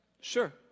Sure